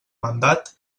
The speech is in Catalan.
mandat